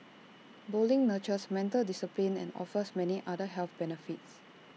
bowling nurtures mental discipline and offers many other health benefits